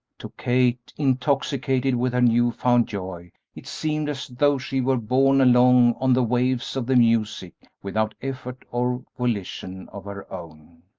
to kate, intoxicated with her new-found joy, it seemed as though she were borne along on the waves of the music without effort or volition of her own.